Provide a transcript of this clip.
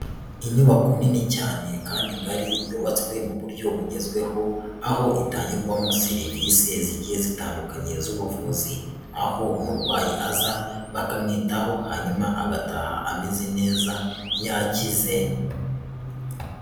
Inyubako nini cyane kandi ngari yubatswe mu buryo bugezweho aho itangirwarwamo serivisi zigiye zitandukanye z'ubuvuzi, aho umurwayi aza bakamwitaho hanyuma agataha ameze neza yakize.